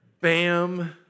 bam